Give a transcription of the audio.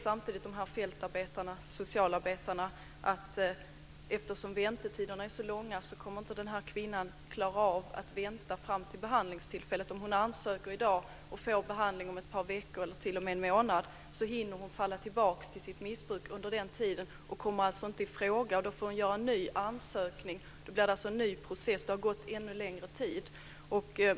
Samtidigt vet fältarbetarna att eftersom väntetiderna är så långa kommer den här kvinnan inte att klara av att vänta fram till behandlingstillfället. Om hon ansöker i dag och får behandling om ett par veckor eller en månad hinner hon falla tillbaka i sitt missbruk under den tiden och kommer alltså inte i fråga. Då får hon göra en ny ansökan, det blir en ny process och det går ännu längre tid.